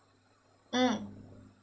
mm